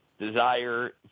desire